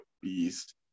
beast